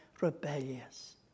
rebellious